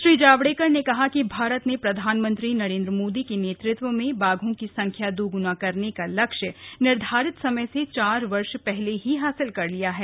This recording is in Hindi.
श्री जावडेकर ने कहा कि भारत ने प्रधानमंत्री नरेन्द्र मोदी के नेतृत्व में बाघों की संख्या दोगुना करने का लक्ष्य निर्धारित समय से चार वर्ष पहले ही हासिल कर लिया है